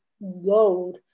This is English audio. load